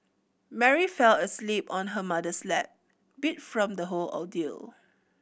Mary fell asleep on her mother's lap beat from the whole ordeal